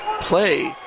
play